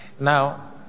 now